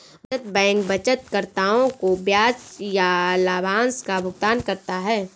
बचत बैंक बचतकर्ताओं को ब्याज या लाभांश का भुगतान करता है